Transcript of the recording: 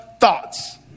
thoughts